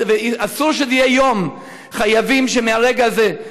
אסור שזה יהיה יום, חייבים מהרגע הזה.